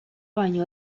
baino